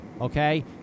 okay